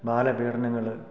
ബാലപീഡനങ്ങൾ